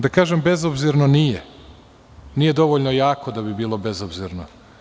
Da kažem bezobzirno – nije, nije dovoljno jako da bi bilo bezobzirno.